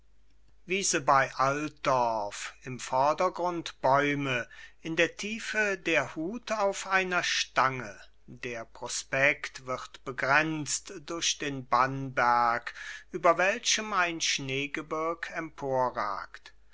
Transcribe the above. im vordergrund bäume in der tiefe der hut auf einer stange der prospekt wird begrenzt durch den bannberg über welchem ein